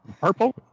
purple